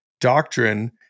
doctrine